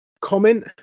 comment